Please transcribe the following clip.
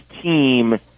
team